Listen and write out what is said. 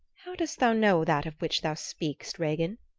how dost thou know that of which thou speakst, regin?